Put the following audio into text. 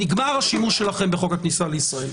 נגמר השימוש שלכם בחוק הכניסה לישראל.